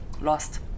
lost